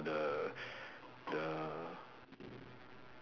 the the